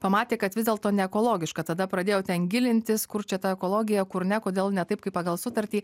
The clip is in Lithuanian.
pamatė kad vis dėlto neekologiška tada pradėjo ten gilintis kur čia ta ekologija kur ne kodėl ne taip kaip pagal sutartį